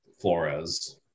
Flores